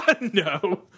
No